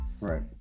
Right